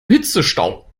hitzestau